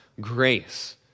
grace